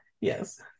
yes